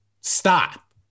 stop